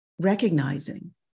recognizing